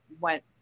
went